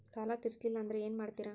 ಸಾಲ ತೇರಿಸಲಿಲ್ಲ ಅಂದ್ರೆ ಏನು ಮಾಡ್ತಾರಾ?